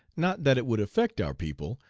not that it would affect our people,